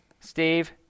Steve